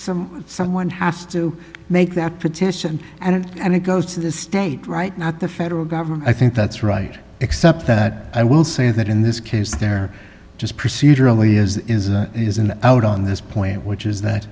some someone has to make that petition and it goes to the state right not the federal government i think that's right except that i will say that in this case they're just procedurally as is and out on this point which is that